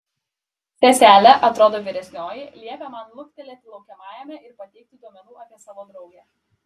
seselė atrodo vyresnioji liepė man luktelėti laukiamajame ir pateikti duomenų apie savo draugę